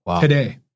today